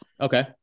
Okay